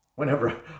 whenever